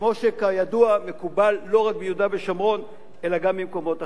שכמו שכידוע מקובל לא רק ביהודה ושומרון אלא גם במקומות אחרים.